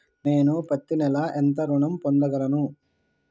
నేను పత్తి నెల ఎంత ఋణం పొందగలను?